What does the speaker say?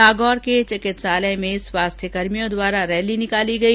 नागौर में चिकित्सालय के स्वास्थ्य कर्मियों द्वारा रैली निकाली गई